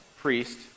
priest